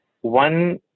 One